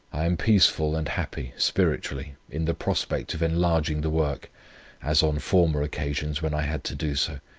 i am peaceful and happy, spiritually, in the prospect of enlarging the work as on former occasions when i had to do so.